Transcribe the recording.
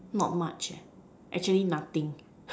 not much actually nothing